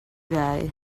guy